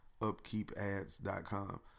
upkeepads.com